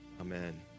Amen